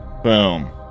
Boom